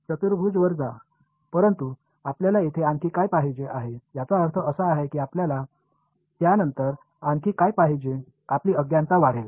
चतुर्भुज वर जा परंतु आपल्याला तेथे आणखी काय पाहिजे आहे याचा अर्थ असा आहे की आपल्याला त्या नंतर आणखी काय पाहिजे आपली अज्ञानता वाढेल